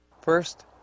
First